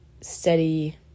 steady